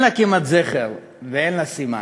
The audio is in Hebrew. אין לה כמעט זכר ואין לה סימן,